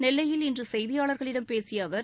நெல்லையில் இன்று செய்தியாளர்களிடம் பேசிய அவர்